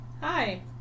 Hi